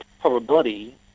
probability